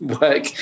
work